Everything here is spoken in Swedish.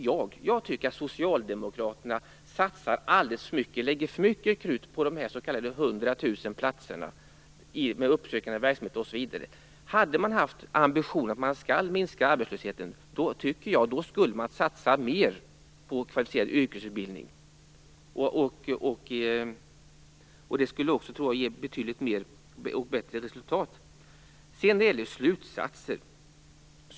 Jag tycker att Socialdemokraterna lägger för mycket krut på de 100 000 platserna, på uppsökande verksamhet osv. Hade man haft ambitionen att minska arbetslösheten skulle man, menar jag, satsa mera på kvalificerad yrkesutbildning. Jag tror att det skulle ge betydligt bättre resultat.